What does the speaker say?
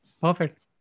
Perfect